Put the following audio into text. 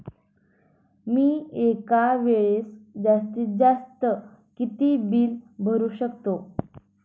मी एका वेळेस जास्तीत जास्त किती बिल भरू शकतो?